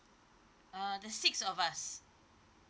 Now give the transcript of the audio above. uh the six of us